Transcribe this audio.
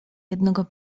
jednego